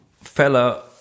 fella